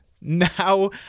now